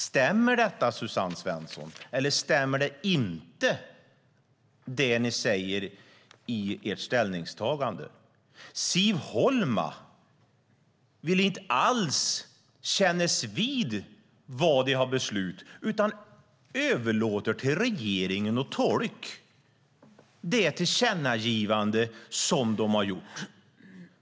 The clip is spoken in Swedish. Stämmer detta, Suzanne Svensson, eller stämmer inte det ni säger i ert ställningstagande? Siv Holma vill inte alls kännas vid vad de har beslutat utan överlåter åt regeringen att tolka det tillkännagivande de har gjort.